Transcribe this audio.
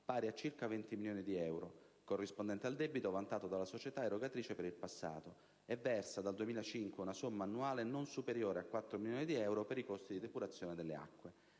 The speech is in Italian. pari a circa 20 milioni di euro, corrispondente al debito vantato dalla società erogatrice per il passato, e versa dal 2005 una somma annuale non superiore a 4 milioni di euro per i costi di depurazione delle acque.